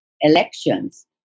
elections